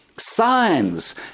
signs